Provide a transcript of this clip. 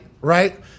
right